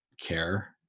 care